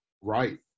Right